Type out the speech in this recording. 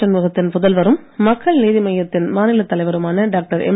சண்முகத்தின் புதல்வரும் மக்கள் நீதி மய்யத்தின் மாநிலத் தலைவருமான டாக்டர் எம்